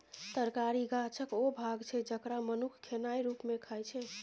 तरकारी गाछक ओ भाग छै जकरा मनुख खेनाइ रुप मे खाइ छै